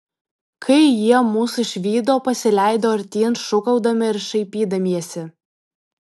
kai jie mus išvydo pasileido artyn šūkaudami ir šaipydamiesi